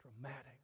dramatic